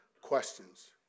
questions